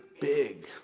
big